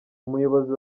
umuyobozi